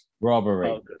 Robbery